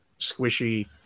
squishy